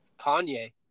Kanye